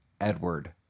Edward